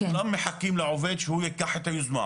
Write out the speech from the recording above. כולם מחכים לעובד שהוא ייקח את היוזמה.